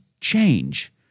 change